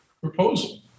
proposal